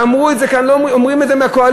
ואמרו את זה כאן, אומרים את זה אנשים מהקואליציה.